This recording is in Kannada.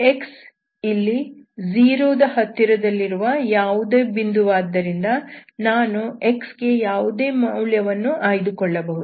x ಇಲ್ಲಿ 0 ದ ಹತ್ತಿರದಲ್ಲಿರುವ ಯಾವುದೇ ಬಿಂದುವಾದ್ದರಿಂದ ನಾನು x ಗೆ ಯಾವುದೇ ಮೌಲ್ಯವನ್ನು ಆಯ್ದುಕೊಳ್ಳಬಹುದು